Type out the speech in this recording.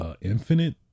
infinite